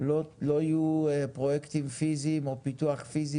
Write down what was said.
לא היו פרויקטים פיזיים או פיתוח פיזי